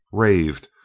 raved,